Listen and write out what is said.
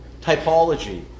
typology